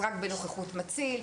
רק בנוכחות מציל,